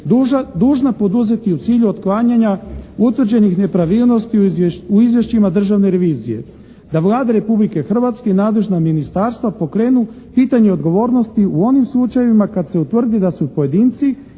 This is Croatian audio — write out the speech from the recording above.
dužna poduzeti u cilju otklanjanja utvrđenih nepravilnosti u izvješćima Državne revizije da Vlada Republike Hrvatske i nadležna ministarstva pokrenu pitanja odgovornosti u onim slučajevima kada se utvrdi da su pojedinci